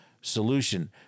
solution